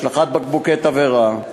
השלכת בקבוקי תבערה,